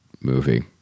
movie